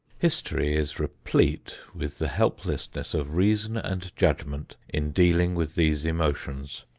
history is replete with the helplessness of reason and judgment in dealing with these emotions.